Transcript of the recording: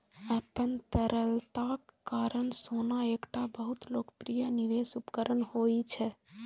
अपन तरलताक कारण सोना एकटा बहुत लोकप्रिय निवेश उपकरण होइ छै